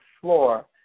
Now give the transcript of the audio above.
floor